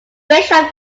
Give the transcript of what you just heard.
bishop